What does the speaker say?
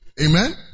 Amen